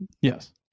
Yes